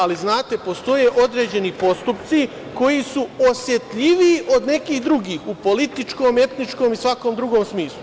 Ali, znate, postoje određeni postupci koji su osetljiviji od nekih drugih, u političkom, etničkom i svakom drugom smislu.